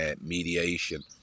mediation